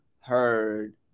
heard